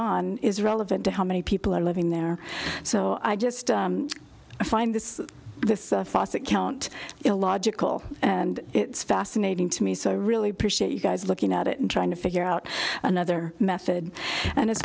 on is relevant to how many people are living there so i just find this this faucet count illogical and it's fascinating to me so i really appreciate you guys looking at it and trying to figure out another method and as